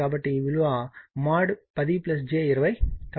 కాబట్టి ఈ విలువ మోడ్ 10 j 20